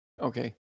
Okay